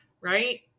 right